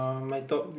buy my dog